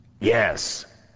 Yes